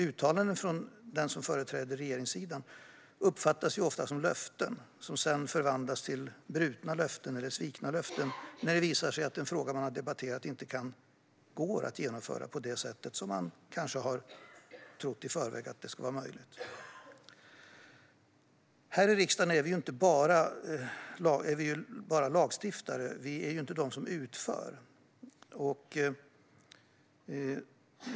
Uttalanden från den som företräder regeringssidan uppfattas ofta som löften, som sedan förvandlas till brutna eller svikna löften när det visar sig att den fråga som har debatterats inte går att genomföra på det sätt man kanske i förväg trodde. Här i riksdagen är vi bara lagstiftare; vi är inte de som utför.